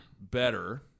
Better